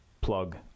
plug